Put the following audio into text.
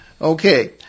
Okay